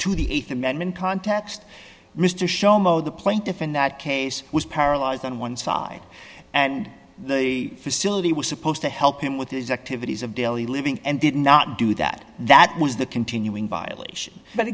to the th amendment context mr show mode the plaintiff in that case was paralyzed on one side and the facility was supposed to help him with his activities of daily living and did not do that that was the continuing violation but